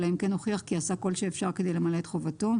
אלא אם כן הוכיח כי עשה כל שאפשר כדי למלא את חובתו.